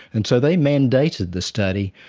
and so they mandated the study,